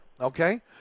Okay